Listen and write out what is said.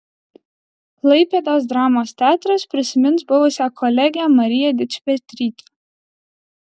klaipėdos dramos teatras prisimins buvusią kolegę mariją dičpetrytę